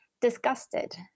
disgusted